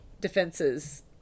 defenses